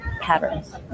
patterns